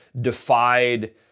defied